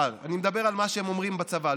סליחה, אני מדבר על מה שהם אומרים בצבא.